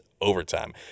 overtime